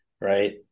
Right